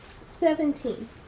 seventeen